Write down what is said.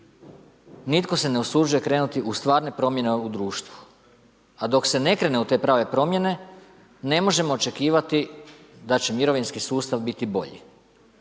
nitko se ne usuđuje krenuti u stvarne promjene u društvu. A dok se ne krene u te prave promjene ne možemo očekivati da će mirovinski sustav biti bolji.